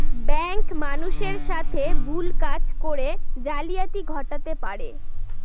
bank মানুষের সাথে ভুল কাজ করে জালিয়াতি ঘটাতে পারে